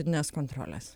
vidines kontroles